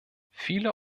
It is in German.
viele